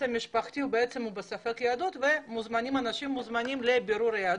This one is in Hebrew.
המשפחתי הוא בעצם בספק יהדות ואנשים מוזמנים לבירור יהדות.